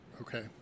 Okay